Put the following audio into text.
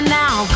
now